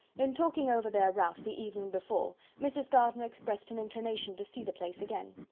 in talking over their route the evening before, mrs. gardiner expressed an inclination to see the place again.